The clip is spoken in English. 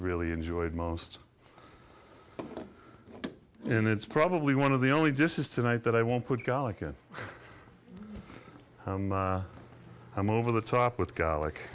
really enjoyed most and it's probably one of the only dishes tonight that i won't put garlic and i'm over the top with garlic